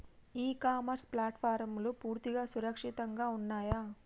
ఇ commerce ప్లాట్ఫారమ్లు పూర్తిగా సురక్షితంగా ఉన్నయా?